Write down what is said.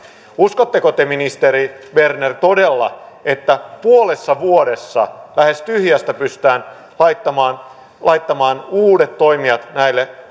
uskotteko te ministeri berner todella että puolessa vuodessa lähes tyhjästä pystytään laittamaan laittamaan uudet toimijat näille